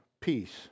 peace